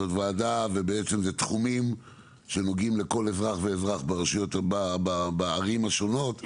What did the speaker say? אלה תחומים שנוגעים לכל אזרח ואזרח בערים השונות,